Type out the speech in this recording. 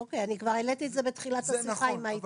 אוקיי, כבר העליתי את זה בתחילת השיחה, אם היית.